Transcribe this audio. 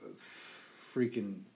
freaking